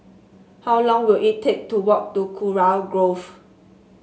how long will it take to walk to Kurau Grove